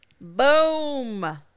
Boom